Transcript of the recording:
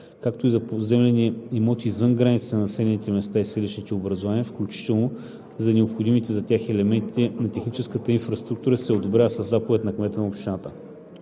както и за поземлени имоти извън границите на населени места и селищни образувания, включително за необходимите за тях елементи на техническата инфраструктура, се одобрява със заповед на кмета на общината.